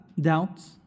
doubts